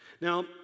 Now